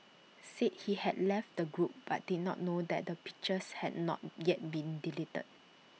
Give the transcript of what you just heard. said he had left the group but did not know that the pictures had not yet been deleted